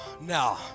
now